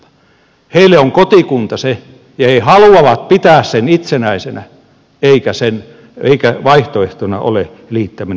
heille se on kotikunta ja he haluavat pitää sen itsenäisenä eikä vaihtoehtona ole liittäminen johonkin